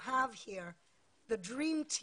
חמישה-שישה משרדים,